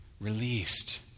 Released